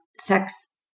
sex